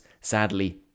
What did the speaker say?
sadly